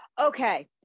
Okay